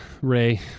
Ray